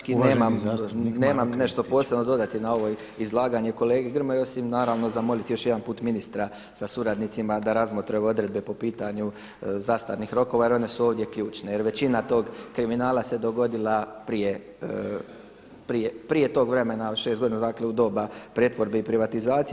Ma evo praktički nemam nešto posebno dodati na ovo izlaganje kolege Grmoje osim naravno zamoliti još jedan put ministra sa suradnicima da razmotre ove odredbe po pitanju zastarnih rokova jer one su ovdje ključne, jer većina tog kriminala se dogodila prije tog vremena od 6 godina, dakle u doba pretvorbe i privatizacije.